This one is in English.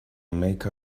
make